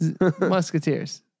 musketeers